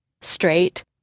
straight